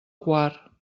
quar